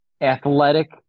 athletic